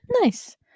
nice